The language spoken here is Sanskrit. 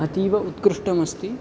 अतीव उत्कृष्टमस्ति